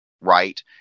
right